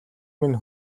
минь